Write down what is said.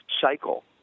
cycle